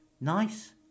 Nice